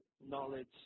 knowledge